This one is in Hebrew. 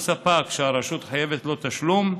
או ספק שהרשות חייבת לו תשלום,